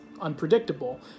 unpredictable